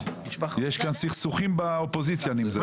יש כאן סכסוכים באופוזיציה, אני מזהה.